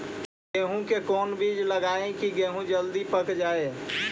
गेंहू के कोन बिज लगाई कि गेहूं जल्दी पक जाए?